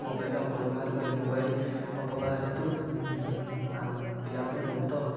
ମୋବାଇଲ୍ର ଅପବ୍ୟବହାର କଲେ ମୋବାଇଲ୍ ଅପବ୍ୟବହାର ହେତୁ ପିଲାମାନେ ବହୁତ